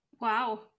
wow